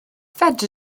fedri